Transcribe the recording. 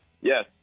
Yes